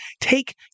take